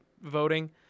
voting